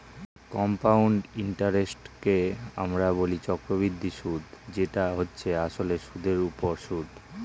compound ইন্টারেস্টকে আমরা বলি চক্রবৃদ্ধি সুদ যেটা হচ্ছে আসলে সুদের উপর সুদ